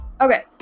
Okay